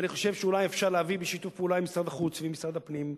ואני חושב שאולי אפשר להביא בשיתוף פעולה עם משרד החוץ ועם משרד הפנים,